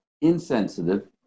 insensitive